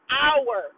hour